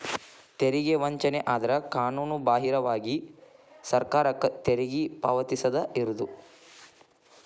ತೆರಿಗೆ ವಂಚನೆ ಅಂದ್ರ ಕಾನೂನುಬಾಹಿರವಾಗಿ ಸರ್ಕಾರಕ್ಕ ತೆರಿಗಿ ಪಾವತಿಸದ ಇರುದು